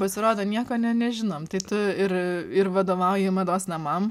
pasirodo nieko ne nežinom tai tu ir ir vadovauji mados namam